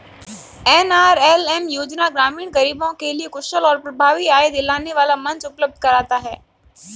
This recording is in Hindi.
एन.आर.एल.एम योजना ग्रामीण गरीबों के लिए कुशल और प्रभावी आय दिलाने वाला मंच उपलब्ध कराता है